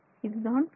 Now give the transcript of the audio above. இதுதான் டி